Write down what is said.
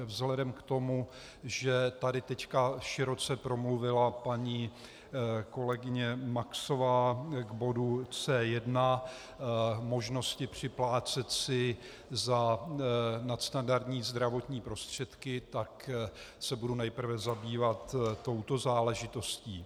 Vzhledem k tomu, že tady teď široce promluvila paní kolegyně Maxová k bodu C1, možnosti připlácet si za nadstandardní zdravotní prostředky, tak se budu nejprve zabývat touto záležitostí.